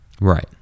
Right